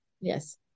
Yes